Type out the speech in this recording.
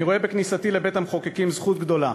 אני רואה בכניסתי לבית-המחוקקים זכות גדולה